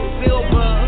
silver